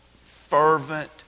fervent